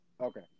Okay